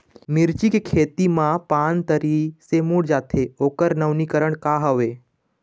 मिर्ची के खेती मा पान तरी से मुड़े जाथे ओकर नवीनीकरण का हवे?